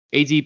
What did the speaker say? AD